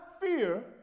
fear